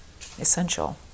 essential